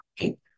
Okay